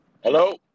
Hello